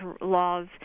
laws